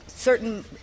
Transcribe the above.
certain